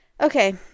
Okay